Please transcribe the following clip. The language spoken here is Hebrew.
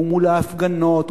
ומול ההפגנות,